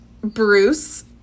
bruce